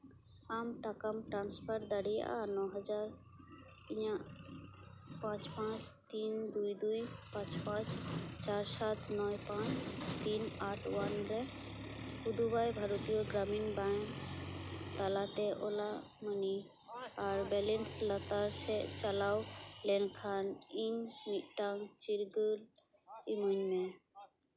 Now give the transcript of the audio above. ᱟᱢ ᱴᱟᱠᱟᱢ ᱴᱨᱟᱱᱥᱯᱷᱟᱨ ᱫᱟᱲᱮᱭᱟᱜᱼᱟ ᱱᱚ ᱦᱟᱡᱟᱨ ᱤᱧᱟᱹᱜ ᱯᱟᱸᱪ ᱯᱟᱸᱪ ᱛᱤᱱ ᱫᱩᱭ ᱫᱩᱭ ᱯᱟᱸᱪ ᱯᱟᱸᱪ ᱪᱟᱨ ᱥᱟᱛ ᱱᱚᱭ ᱯᱟᱸᱪ ᱛᱤᱱ ᱟᱴ ᱚᱣᱟᱱ ᱨᱮ ᱫᱩᱫᱩᱵᱷᱭ ᱵᱷᱟᱨᱚᱛᱤᱭᱚ ᱜᱨᱟᱢᱤᱱ ᱵᱮᱝᱠ ᱛᱟᱞᱟᱛᱮ ᱚᱞᱟᱜ ᱢᱟᱱᱤ ᱟᱨ ᱵᱮᱞᱮᱱᱥ ᱞᱟᱛᱟᱨ ᱥᱮᱡ ᱪᱟᱞᱟᱣ ᱞᱮᱱᱠᱷᱟᱱ ᱤᱧ ᱢᱤᱫᱴᱟᱱ ᱪᱤᱨᱜᱟᱹᱞ ᱤᱢᱟᱹᱧ ᱢᱮ